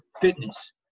fitness